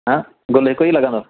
हा गुलु हिकु ई लॻंदो